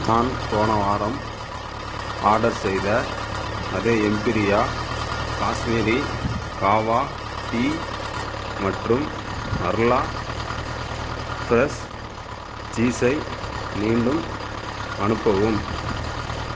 நான் போன வாரம் ஆர்டர் செய்த அதே எம்பீரியா காஷ்மீரி காவா டீ மற்றும் அர்லா ஃபிரெஷ் சீஸை மீண்டும் அனுப்பவும்